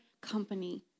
company